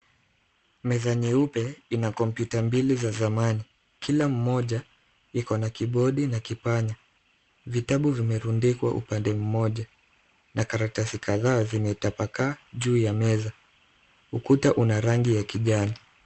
Meza nyeupe ina kompyuta mbili za zamani. Kila mmoja ikona kibodi na kipanya. Vitabu vimerundikwa upande mmoja na karatasi kadhaa zimetapakaa juu ya meza. Ukuta una rangi ya kijani.